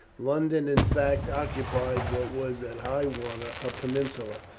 london, in fact, occupied what was at high water a peninsula,